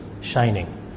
shining